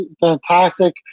fantastic